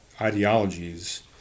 ideologies